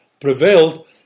prevailed